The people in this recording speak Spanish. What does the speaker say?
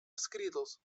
escritos